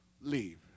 leave